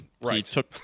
Right